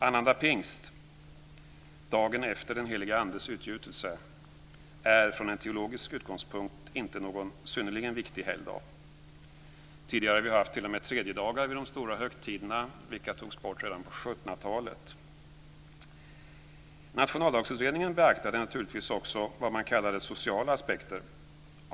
Annandag pingst - dagen efter den helige andes utgjutelse - är från en teologisk utgångspunkt inte någon synnerligen viktig helgdag. Vi har tidigare vid de stora högtiderna t.o.m. haft tredjedagar, och dessa togs bort redan på 1700-talet. Nationaldagsutredningen beaktade naturligtvis också vad man kallar sociala aspekter.